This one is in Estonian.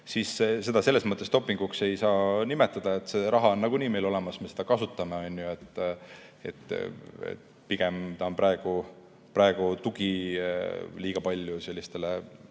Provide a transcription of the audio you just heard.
siis seda selles mõttes dopinguks ei saa nimetada, et see raha on nagunii meil olemas, me seda kasutame, on ju. Pigem on see praegu tugi liiga palju sellistele